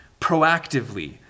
proactively